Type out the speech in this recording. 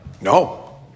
No